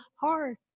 heart